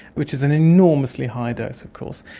which is an enormously high dose of course,